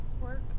work